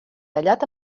tallat